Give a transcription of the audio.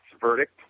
Verdict